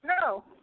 No